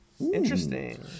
Interesting